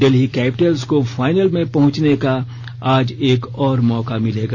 Delhi Capitals को final में पहुंचने का आज एक और मौका मिलेगा